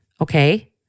okay